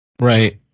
Right